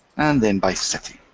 and then by city.